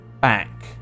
back